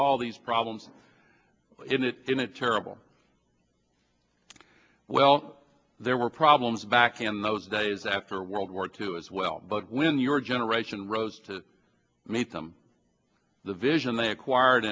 all these problems in it in a terrible well there were problems back in those days after world war two as well but when your generation rose to meet them the vision they acquired